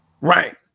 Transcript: Right